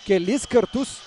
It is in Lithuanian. kelis kartus